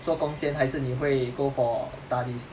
做工先还是你会 go for studies